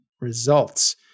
results